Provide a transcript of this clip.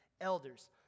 elders